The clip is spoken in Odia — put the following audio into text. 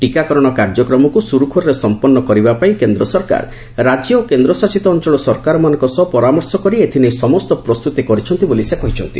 ଟିକାକରଣ କାର୍ଯ୍ୟକ୍ରମକୁ ସୁରୁଖୁରୁରେ ସମ୍ପନ୍ନ କରିବାପାଇଁ କେନ୍ଦ୍ର ସରକାର ରାଜ୍ୟ ଓ କେନ୍ଦ୍ରଶାସିତ ଅଞ୍ଚଳ ସରକାରମାନଙ୍କ ସହ ପରାମର୍ଶ କରି ଏଥିପାଇଁ ସମସ୍ତ ପ୍ରସ୍ତୁତି କରିଛନ୍ତି ବୋଲି ସେ କହିଚ୍ଚନ୍ତି